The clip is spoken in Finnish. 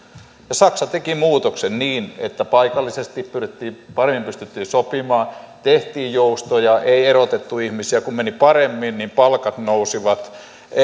saksa teki muutoksen niin että paikallisesti pystyttiin paremmin sopimaan tehtiin joustoja ei erotettu ihmisiä kun meni paremmin niin palkat nousivat